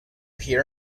hear